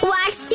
Watch